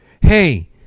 hey